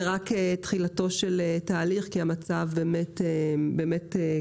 זה רק תחילתו של תהליך כי המצב באמת קשה.